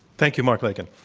thank you, mark like and